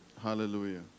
Hallelujah